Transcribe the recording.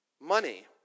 Money